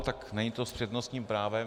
Tak není to s přednostním právem.